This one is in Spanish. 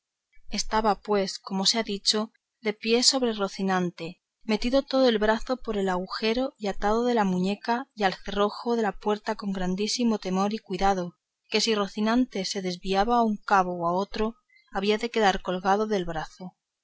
estaba pues como se ha dicho de pies sobre rocinante metido todo el brazo por el agujero y atado de la muñeca y al cerrojo de la puerta con grandísimo temor y cuidado que si rocinante se desviaba a un cabo o a otro había de quedar colgado del brazo y